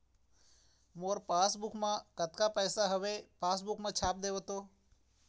मोर passbook मा कतका पैसा हवे पासबुक मा छाप देव तो?